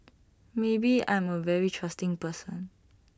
maybe I'm A very trusting person